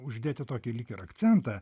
uždėti tokį lyg ir akcentą